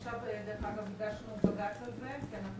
עכשיו דרך אגב הגשנו בג"צ על זה כי אנחנו